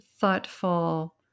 thoughtful